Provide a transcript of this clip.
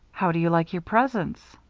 how do you like your presents?